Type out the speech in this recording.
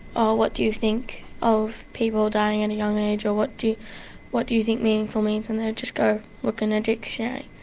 oh, what do you think of people dying and young age, or what do what do you think meaningful means? and they just go look in the dictionary.